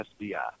SBI